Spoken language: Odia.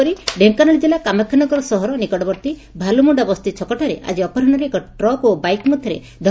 ସେହିପର ଡେଙ୍କାନାଳ ଜିଲ୍ଲା କାମାକ୍ଷାନଗର ସହର ନିକଟବର୍ଭୀ ଭାଲୁମୁଖା ବସ୍ତି ଛକଠାରେ ଆକି ଅପରାହରେ ଏକ ଟ୍ରକ ଓ ବାଇକ୍ ମଧରେ ଧକୁ